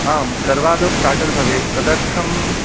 आं सर्वादौ स्टार्टर् भवेत् तदर्थं